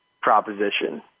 proposition